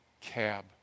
cab